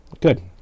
Good